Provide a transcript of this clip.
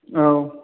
औ